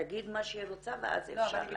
תגיד מה שהיא רוצה ואז אפשר להגיב.